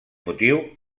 motiu